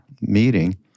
meeting